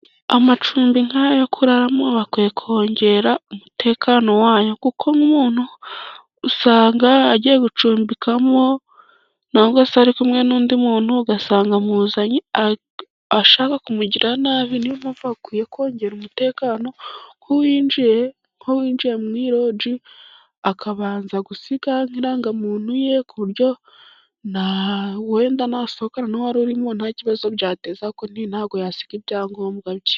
Amacumbi nk'ayo kuraramo bakwiye kongera umutekano wayo kuko nk'umuntu usanga agiye gucumbikamo cyangwa se ari kumwe n'undi muntu ugasanga amuzanye ashaka kumugirira nabi niyo mpamvu bakwiye kongera umutekano nk'uwinjiye muri iyi loji akabanza gusiga nk' irangamuntu ye ku buryo wenda n'asohokana n'uwarurimo nta kibazo byateza kuko ntabwo yasiga ibyangombwa bye